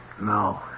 No